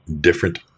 different